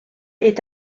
est